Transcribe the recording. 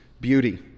beauty